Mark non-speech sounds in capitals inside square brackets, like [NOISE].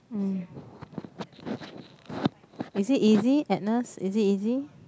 mm [NOISE] is it easy Agnes is it easy